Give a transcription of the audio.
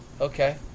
Okay